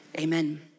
Amen